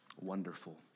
Wonderful